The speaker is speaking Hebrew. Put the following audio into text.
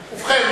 ובכן,